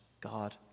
God